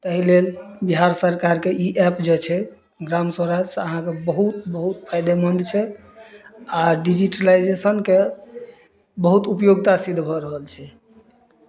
ताहि लेल बिहार सरकारके ई एप जे छै ग्राम स्वराज से अहाँके बहुत बहुत फायदेमन्द छै आ डिजिटलाइजेशन के बहुत उपयोगता सिद्ध भऽ रहल छै